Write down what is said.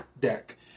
deck